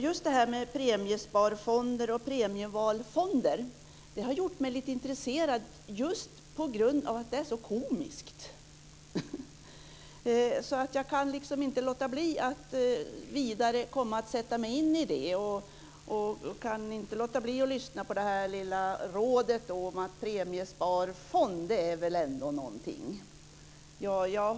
Just det här med premiesparfonder och premievalfonder har gjort mig lite intresserad på grund av att det är så komiskt. Jag kan liksom inte låta bli att vidare sätta mig in i dem och kan inte låta bli att lyssna på det lilla rådet om att premiesparfond, det är väl ändå någonting.